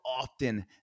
often